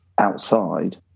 outside